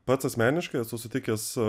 pats asmeniškai susitikęs